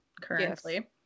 currently